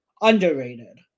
Underrated